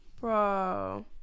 Bro